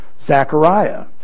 Zechariah